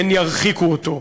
הן ירחיקו אותו.